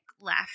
left